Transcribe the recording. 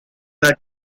with